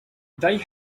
they